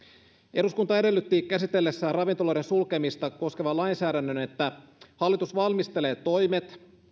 eduskunta edellytti käsitellessään ravintoloiden sulkemista koskevan lainsäädännön että hallitus valmistelee toimet